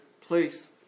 place